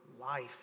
life